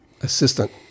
Assistant